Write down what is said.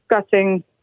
discussing